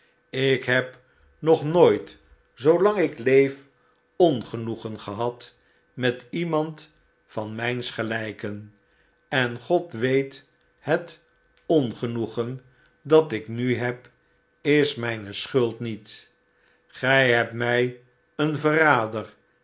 ik heb nog nooit zoolang ik leef ongenoegen gehad met iemand van mijns gelijken en god weet het ongenoegen dat ik nu heb is mijne schuld niet gij hebt mij een verrader